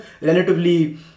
relatively